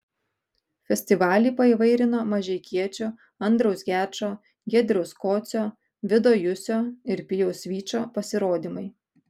festivalį paįvairino mažeikiečių andriaus gečo giedriaus kocio vido jusio ir pijaus vyčo pasirodymai